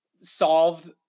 solved